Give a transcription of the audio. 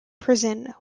prison